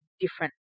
different